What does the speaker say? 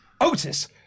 Otis